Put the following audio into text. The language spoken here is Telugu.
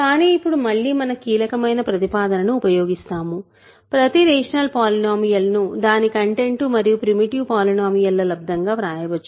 కానీ ఇప్పుడు మళ్ళీ మన కీలకమైన ప్రతిపాదనను ఉపయోగిస్తాము ప్రతి రేషనల్ పాలినోమీయల్ ను దాని కంటెంట్ మరియు ప్రిమిటివ్ పాలినోమీయల్ ల లబ్దం గా వ్రాయవచ్చు